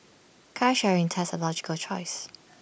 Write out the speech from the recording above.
car sharing thus A logical choice